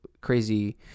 crazy